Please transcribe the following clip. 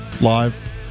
Live